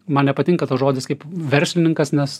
man nepatinka tas žodis kaip verslininkas nes